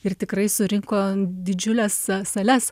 ir tikrai surinko didžiules sa sales